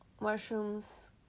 mushrooms